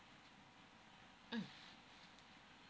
mm